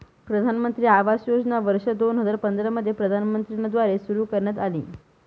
प्रधानमंत्री आवास योजना वर्ष दोन हजार पंधरा मध्ये प्रधानमंत्री न द्वारे सुरू करण्यात आली